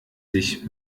sich